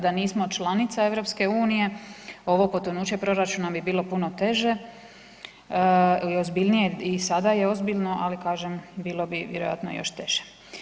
Da nismo članica EU-a ovo potonuće proračuna bi bilo puno teže i ozbiljnije, i sada je ozbiljno, ali kažem bilo bi vjerojatno još teže.